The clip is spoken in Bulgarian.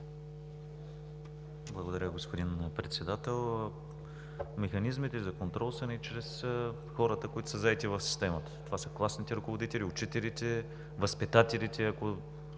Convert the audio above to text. Благодаря, господин Председател. Механизмите за контрол са ни чрез хората, заети в системата – класните ръководители, учителите, възпитателите.